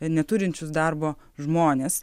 neturinčius darbo žmones